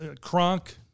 Kronk